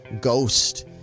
ghost